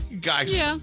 Guys